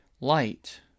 light